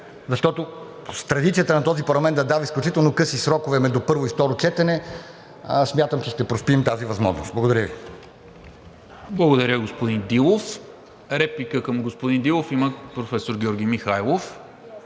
Защото с традицията на този парламент да дава изключително къси срокове между първо и второ четене смятам, че ще проспим тази възможност. Благодаря Ви. ПРЕДСЕДАТЕЛ НИКОЛА МИНЧЕВ: Благодаря, господин Дилов. Реплика към господин Дилов има професор Георги Михайлов.